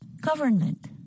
government